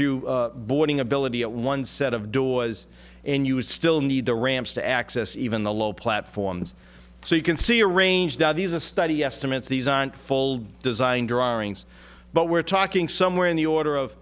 you boarding ability at one set of door was and you still need the ramps to access even the low platforms so you can see arranged on these a study estimates these aren't full design drawings but we're talking somewhere in the order of